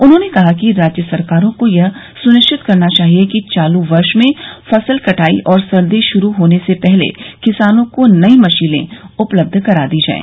उन्होंने कहा कि राज्य सरकारों को यह सुनिश्चित करना चाहिए कि चालू वर्ष में फसल कटाई और सर्दी शुरू होने से पहले किसानों को नई मशीनें उपलब्ध करा दी जायें